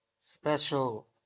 special